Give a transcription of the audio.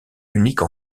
unique